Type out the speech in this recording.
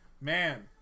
Man